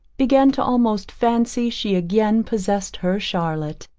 began to almost fancy she again possessed her charlotte.